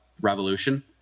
Revolution